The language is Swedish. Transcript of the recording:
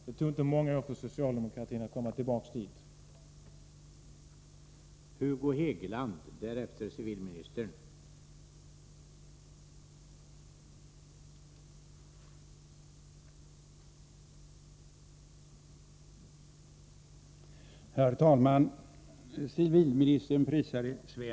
Det tog inte många år för socialdemokratin att komma tillbaka till den positionen.